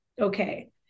okay